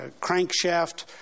crankshaft